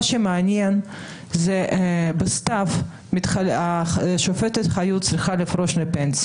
מה שמעניין זה שבסתיו השופטת חיות צריכה לפרוש לגמלאות